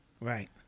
Right